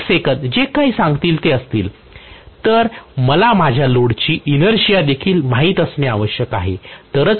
तर मला माझ्या लोडची इनर्शिया देखील माहित असणे आवश्यक आहे